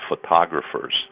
photographers